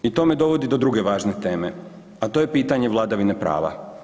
I to me dovodi do druge važne teme, a to je pitanje vladavine prava.